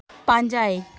ᱯᱟᱸᱡᱟᱭ